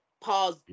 pause